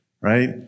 Right